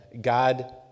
God